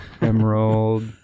emerald